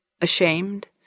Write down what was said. ashamed